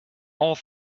all